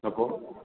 ହେବ